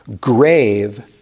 grave